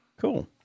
Cool